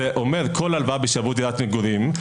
זה אומר כל הלוואה בשעבוד דירת מגורים,